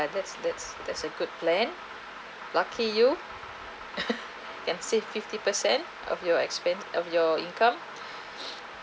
that's that's that's a good plan lucky you can save fifty percent of your expand of your income